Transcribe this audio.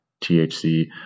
thc